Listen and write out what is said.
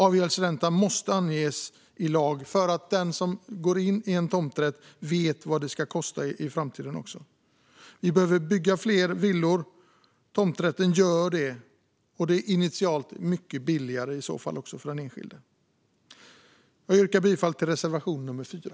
Avgäldsräntan måste anges i lag så att den som har en tomträtt också vet vad den ska kosta i framtiden. Vi behöver bygga fler villor. Tomträtten kan bidra till det, och med en tomträtt blir det initialt mycket billigare för den enskilde. Jag yrkar bifall till reservation nummer 4.